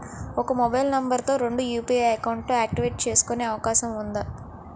ఒక mobile number తో రెండు యు.పి.ఐ అకౌంట్స్ యాక్టివేట్ చేసుకునే అవకాశం వుందా?